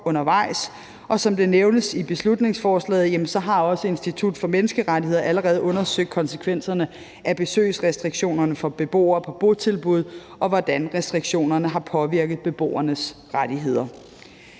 undervejs. Og som det nævnes i beslutningsforslaget, har også Institut for Menneskerettigheder allerede undersøgt konsekvenserne af besøgsrestriktionerne for beboere på botilbud, og hvordan restriktionerne har påvirket beboernes rettigheder.